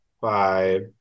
five